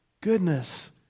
goodness